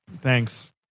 Thanks